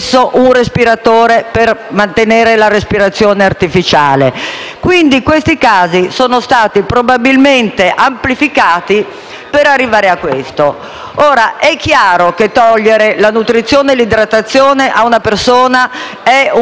siffatti casi sono stati amplificati per arrivare a questo. È chiaro che togliere la nutrizione e l'idratazione a una persona è un segno di eutanasia mascherata, di cui il medico